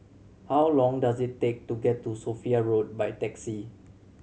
how long does it take to get to Sophia Road by taxi